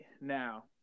now